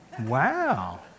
Wow